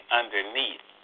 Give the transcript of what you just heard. underneath